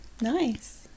nice